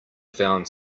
found